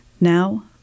Now